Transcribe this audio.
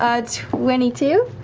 ah twenty two.